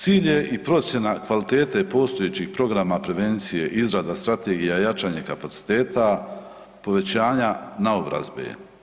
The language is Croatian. Cilj je i procjena kvalitete postojećih programa prevencije izrada strategije i jačanje kapaciteta povećanja naobrazbe.